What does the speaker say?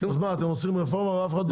אז מה אתם עושים רפורמה ואף אחד לא בודק?